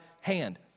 hand